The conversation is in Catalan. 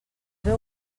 veu